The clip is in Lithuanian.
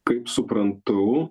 kaip suprantu